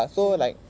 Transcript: ya